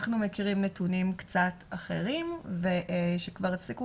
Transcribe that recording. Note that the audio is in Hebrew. אנחנו מכירים נתונים קצת אחרים ושכבר הפסיקו